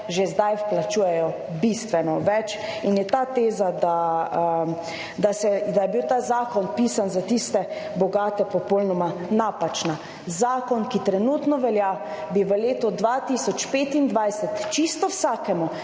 že zdaj vplačujejo bistveno več in je ta teza, da je bil ta zakon pisan za tiste bogate, popolnoma napačna. Zakon, ki trenutno velja, bi v letu 2025 čisto vsakemu,